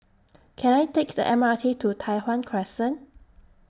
Can I Take The M R T to Tai Hwan Crescent